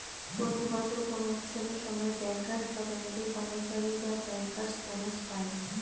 প্রতি বছর কোনো উৎসবের সময় ব্যাঙ্কার্স বা ব্যাঙ্কের কর্মচারীরা ব্যাঙ্কার্স বোনাস পায়